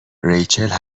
ریچل